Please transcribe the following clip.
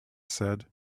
said